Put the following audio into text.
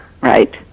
Right